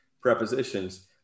prepositions